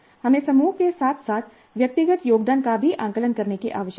हमें समूह के साथ साथ व्यक्तिगत योगदान का भी आकलन करने की आवश्यकता है